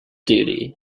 duty